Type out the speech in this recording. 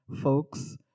folks